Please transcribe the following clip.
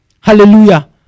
Hallelujah